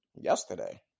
yesterday